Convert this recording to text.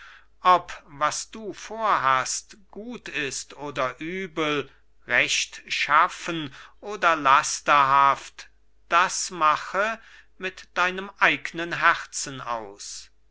ob was du vorhast gut ist oder übel rechtschaffen oder lasterhaft das mache mit deinem eignen herzen aus